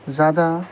زیادہ